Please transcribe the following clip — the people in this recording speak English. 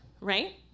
right